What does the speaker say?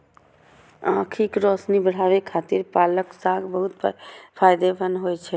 आंखिक रोशनी बढ़ाबै खातिर पालक साग बहुत फायदेमंद होइ छै